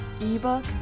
ebook